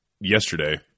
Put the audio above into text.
yesterday